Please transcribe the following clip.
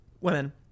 women